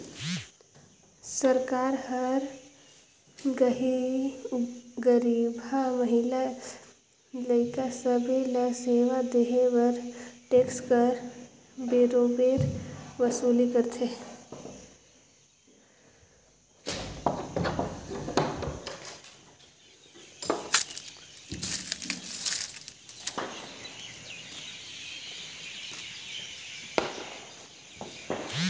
सरकार हर गरीबहा, महिला, लइका सब्बे ल सेवा देहे बर टेक्स कर बरोबेर वसूली करथे